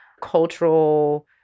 cultural